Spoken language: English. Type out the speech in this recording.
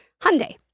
Hyundai